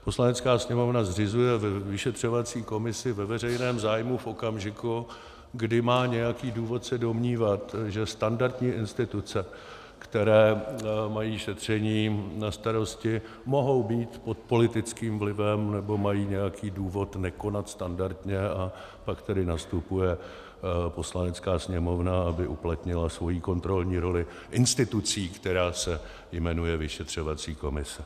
Poslanecká sněmovna zřizuje vyšetřovací komisi ve veřejném zájmu v okamžiku, kdy má nějaký důvod se domnívat, že standardní instituce, které mají šetření na starosti, mohou být pod politickým vlivem nebo mají nějaký důvod nekonat standardně, a pak tedy nastupuje Poslanecká sněmovna, aby uplatnila svoji kontrolní roli institucí, která se jmenuje vyšetřovací komise.